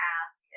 ask